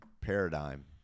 paradigm